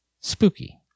spooky